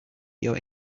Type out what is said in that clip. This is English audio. your